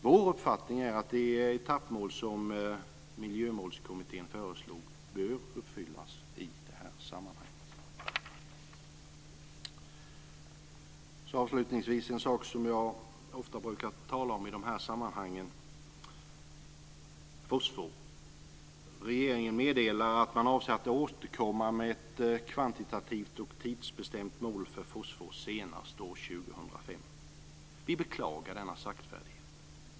Vår uppfattning är att det etappmål som Miljömålskommittén föreslog bör uppfyllas. Avslutningsvis ska jag ta upp en sak som jag ofta brukar tala om i de här sammanhangen, och det är fosfor. Regeringen meddelar att man avser att återkomma med ett kvantitativt och tidsbestämt mål för fosfor senast år 2005. Vi beklagar denna saktfärdighet.